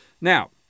Now